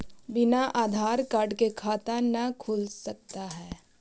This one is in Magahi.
बिना आधार कार्ड के खाता न खुल सकता है?